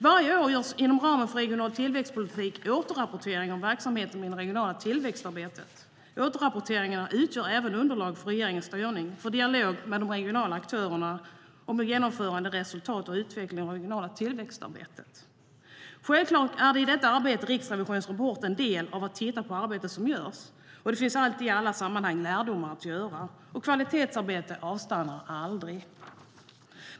Varje år görs inom ramen för regional tillväxtpolitik återrapporteringar om verksamheten inom det regionala tillväxtarbetet. Återrapporteringarna utgör även underlag för regeringens styrning och för dialog med de regionala aktörerna om genomförande, resultat och utveckling av det regionala tillväxtarbetet. Självklart är i detta arbete Riksrevisionens rapport en del av att titta på arbetet som görs. Det finns alltid i alla sammanhang lärdomar att göra, och kvalitetsarbete avstannar aldrig.